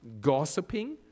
gossiping